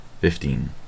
Fifteen